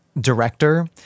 director